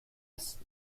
است